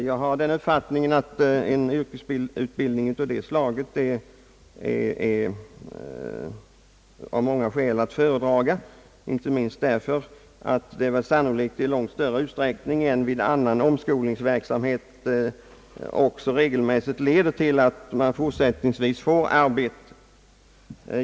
Jag har den uppfattningen att en yrkesutbildning av detta slag är att föredra av många skäl, inte minst därför att den sannolikt i långt större utsträckning än annan omskolningsverksamhet regelmässigt leder till att man fortsättningsvis får arbete.